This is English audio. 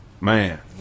Man